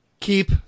Keep